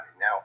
Now